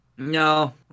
No